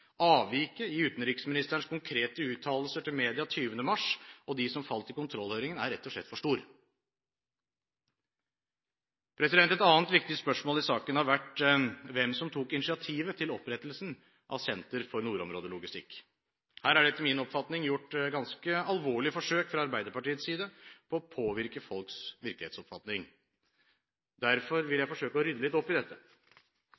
Avviket mellom utenriksministerens konkrete uttalelser til media 20. mars og dem som falt i kontrollhøringen, er rett og slett for stort. Et annet viktig spørsmål i saken har vært hvem som tok initiativet til opprettelsen av Senter for nordområdelogistikk. Her er det etter min oppfatning gjort ganske alvorlige forsøk fra Arbeiderpartiets side på å påvirke folks virkelighetsoppfatning. Derfor vil